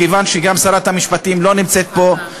מכיוון שגם שרת המשפטים לא נמצאת פה,